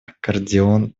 аккордеон